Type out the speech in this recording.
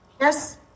Yes